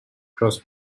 cross